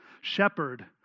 shepherd